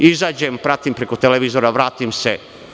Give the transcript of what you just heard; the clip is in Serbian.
Izađem, pratim preko televizora, vratim se.